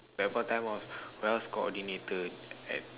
that point of time was warehouse coordinator at